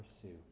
pursue